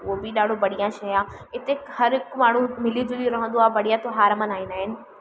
उहो बि ॾाढो बढ़िया शइ आहे इते हर हिकु माण्हू मिली झुली रहंदो आहे बढ़िया त्योहार मल्हाईंदा आहिनि